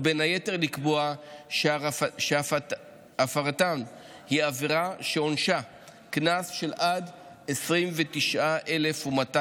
ובין היתר לקבוע שהפרתן היא עבירה שעונשה קנס עד 29,200 ש"ח,